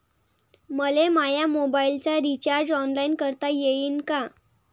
मले माया मोबाईलचा रिचार्ज ऑनलाईन करता येईन का?